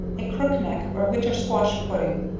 a crookneck, or winter squash pudding.